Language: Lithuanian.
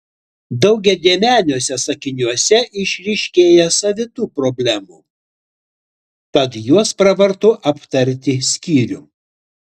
daugiadėmeniuose sakiniuose išryškėja savitų problemų tad juos pravartu aptarti skyrium